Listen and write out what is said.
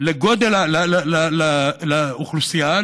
לגידול האוכלוסייה,